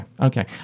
Okay